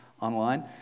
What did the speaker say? online